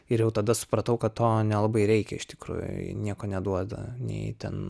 ir jau tada supratau kad to nelabai reikia iš tikrųjų nieko neduoda nei ten